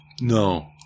No